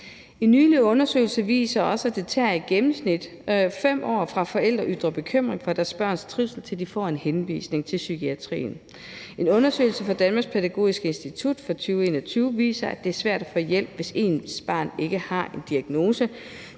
En nylig undersøgelse viser også, at det i gennemsnit tager 5 år, fra forældre ytrer bekymring for deres børns trivsel, til de får en henvisning til psykiatrien. En undersøgelse fra Danmarks institut for Pædagogik og Uddannelse fra 2021 viser, at det er svært at få hjælp, hvis ens barn ikke har en diagnose.